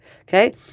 okay